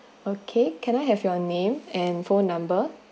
okay can I have your name and phone number